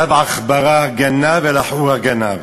לא עכברא גנב אלא חורא גנב.